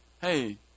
Hey